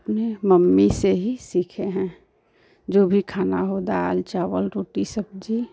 अपनी मम्मी से ही सीखे हैं जो भी खाना हो दाल चावल रोटी सब्ज़ी